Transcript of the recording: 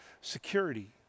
security